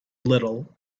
little